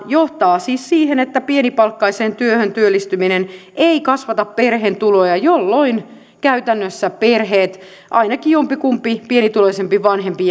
johtaa lopputuloksena siihen että pienipalkkaiseen työhön työllistyminen ei kasvata perheen tuloja jolloin käytännössä perheissä ainakin jompikumpi yleensä pienituloisempi vanhempi